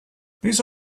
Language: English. these